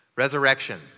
Resurrection